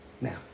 Now